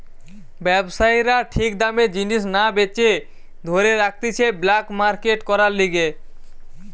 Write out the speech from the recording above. ব্যবসায়ীরা ঠিক দামে জিনিস না বেচে ধরে রাখতিছে ব্ল্যাক মার্কেট করার লিগে